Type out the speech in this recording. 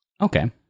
Okay